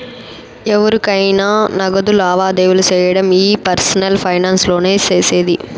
ఎవురికైనా నగదు లావాదేవీలు సేయడం ఈ పర్సనల్ ఫైనాన్స్ లోనే సేసేది